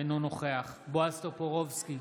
אינו נוכח בועז טופורובסקי,